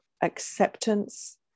acceptance